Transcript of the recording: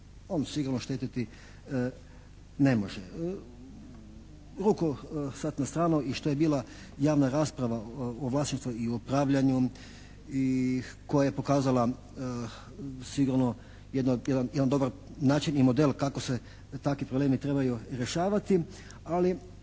On sigurno štetiti ne može. Ruku sad na stranu i što je bila javna rasprava o vlasništvu i upravljanju i koja je pokazala sigurno jedan dobar način i model kako se takvi problemi trebaju i rješavati, ali